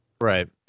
right